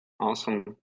awesome